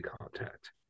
contact